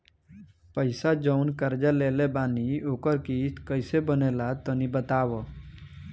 पैसा जऊन कर्जा लेले बानी ओकर किश्त कइसे बनेला तनी बताव?